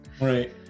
Right